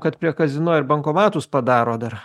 kad prie kazino ir bankomatus padaro dar